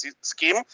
scheme